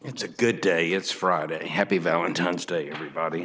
it's a good day it's friday happy valentine's day everybody